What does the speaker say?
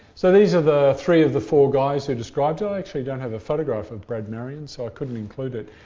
so these are three of the four guys who described it. i actually don't have a photograph of brad maryan. so i couldn't include it.